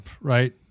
right